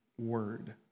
word